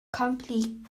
komplikationen